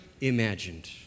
imagined